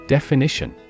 Definition